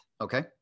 Okay